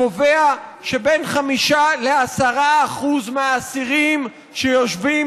קובע שבין 5% ל-10% מהאסירים שיושבים